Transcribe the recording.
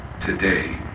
today